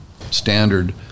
standard